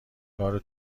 کار